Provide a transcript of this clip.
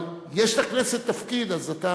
אבל יש לכנסת תפקיד, אז אתה